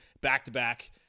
back-to-back